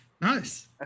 Nice